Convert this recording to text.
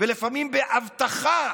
ולפעמים באבטחה